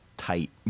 Tight